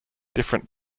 different